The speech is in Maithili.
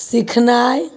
सीखनाय